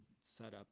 setup